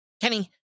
Kenny